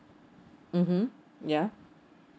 mmhmm ya